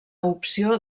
opció